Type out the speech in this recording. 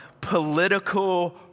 Political